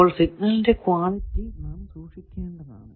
അപ്പോൾ സിഗ്നലിന്റെ ക്വാളിറ്റി നാം സൂക്ഷിക്കേണ്ടതാണ്